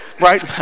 Right